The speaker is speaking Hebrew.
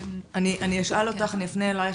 אני רוצה לשאול אותך ואני אפנה אלייך